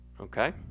okay